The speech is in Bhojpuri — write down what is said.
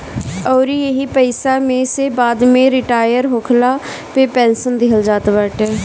अउरी एही पईसा में से बाद में रिटायर होखला पे पेंशन देहल जात बाटे